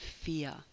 fear